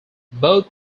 both